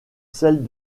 celles